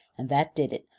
and that did it,